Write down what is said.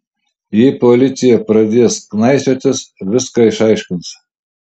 jei policija pradės knaisiotis viską išaiškins